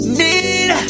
need